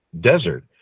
desert